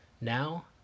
now